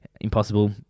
impossible